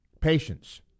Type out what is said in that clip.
patience